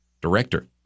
director